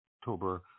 October